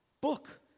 book